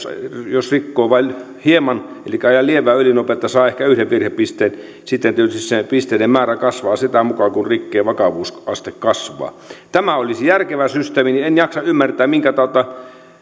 jos rikkoo vain hieman elikkä ajaa lievää ylinopeutta saa ehkä yhden virhepisteen sitten tietysti se pisteiden määrä kasvaa sitä mukaa kuin rikkeen vakavuusaste kasvaa tämä olisi järkevä systeemi en jaksa ymmärtää minkä tautta